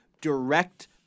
direct